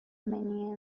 منی